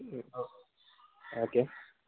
okay